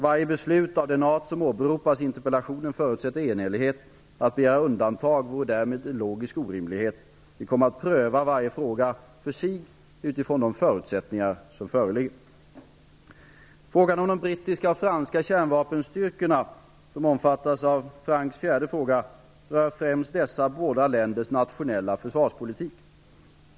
Varje beslut av den art som åberopas i interpellationen förutsätter enhällighet. Att begära undantag vore därmed en logisk orimlighet. Vi kommer att pröva varje fråga för sig utifrån de förutsättningar som föreligger. Frågan om de brittiska och franska kärnvapenstyrkorna -- som omfattas av Francks fjärde fråga -- rör främst dessa båda länders nationella försvarspolitik.